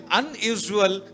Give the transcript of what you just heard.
unusual